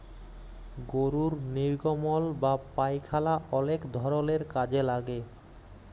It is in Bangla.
গরুর লির্গমল বা পায়খালা অলেক ধরলের কাজে লাগে